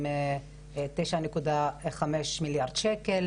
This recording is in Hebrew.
עם 9.5 מיליארד שקל.